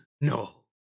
No